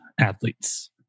athletes